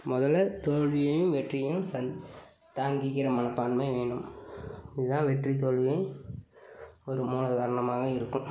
முதல்ல தோல்வியையும் வெற்றியையும் சந் தாங்கிக்கிற மனப்பான்மை வேணும் இது தான் வெற்றி தோல்வி ஒரு மூல உதாரணமாக இருக்கும்